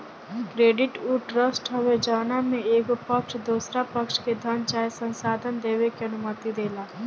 credit उ trust हवे जवना में एगो पक्ष दोसरा पक्ष के धन चाहे संसाधन देबे के अनुमति देला